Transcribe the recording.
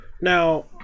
Now